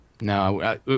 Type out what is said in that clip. No